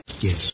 Yes